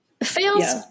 Fails